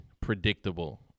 predictable